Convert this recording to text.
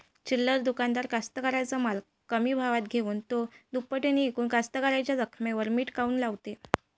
चिल्लर दुकानदार कास्तकाराइच्या माल कमी भावात घेऊन थो दुपटीनं इकून कास्तकाराइच्या जखमेवर मीठ काऊन लावते?